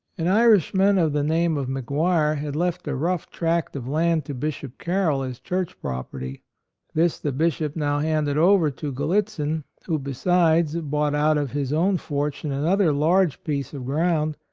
an irishman of the name of mcguire had left a rough tract of land to bishop carroll as church property this the bishop now handed over to gallitzin, who, besides, bought out of his own fortune another large piece of ground,